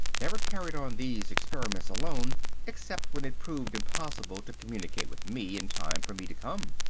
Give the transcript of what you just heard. never carried on these experiments alone except when it proved impossible to communicate with me in time for me to come.